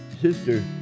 sister